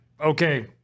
okay